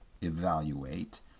evaluate